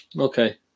Okay